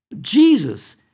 Jesus